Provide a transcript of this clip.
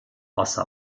wasser